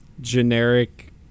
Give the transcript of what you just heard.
generic